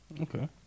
okay